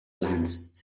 plans